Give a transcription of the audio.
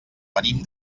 venim